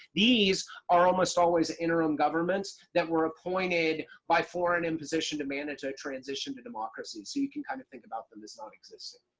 these are almost always interim governments that were appointed by foreign imposition to manage a transition to democracy. so you can kind of think about them as not existing.